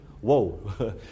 whoa